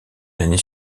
l’année